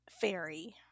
fairy